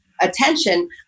attention